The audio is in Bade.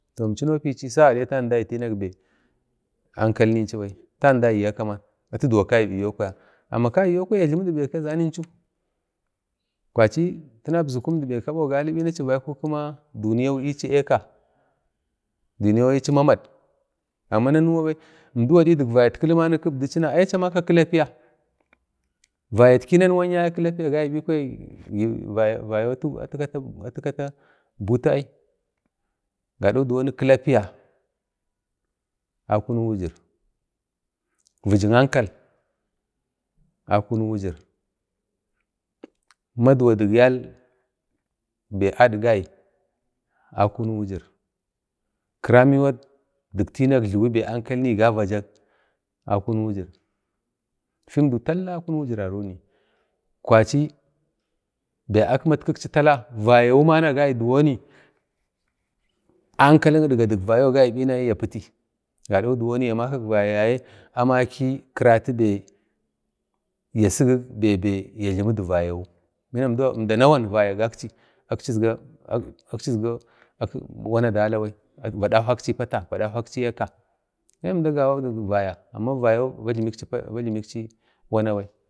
atan dagi libai ankalini inchubai atan dagi aka man atitge kai bikwaya, kai yo kwaya ya jlimidu bai kazaniinchu, kwachi tina əmdi kabe a galibai achi vaiku kima duniyau atu achi aka, duniyau achi mamid amma nanuwa bai mdu gadi dik vayatkili ai acha maka kilapiya, vayatki nanuwa yaye kilapiya agai bi kwaya atu kata-atu kala butu ai gado diwoni kilapiya akunuk wujir, vijik ankal akunik wujir, maduwa dik yal bai adgai akunik wujir, kiramuwat dik tinak jliwi bai ankal ga vajak akunik wujir fi wun dau tala akunik wujirare ni kwachi nikwachi bai akimatkikchi tala vaya man a gai diwoni ankal kidgadu vayo a gai bina ya piti gado diwoni ya makak vaya yayae amaki kiratu be ya sigig bebe ya jlamidu vayuu bina mda nawan vaya gagchi akchi izga wana dala bai va dawakchi pata vadakwakchi a ka ai mda gawa dik vaya amma va jlimekchi wana bai